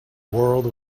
world